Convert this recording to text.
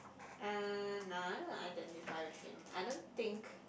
uh no I don't identify with him I don't think